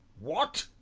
what?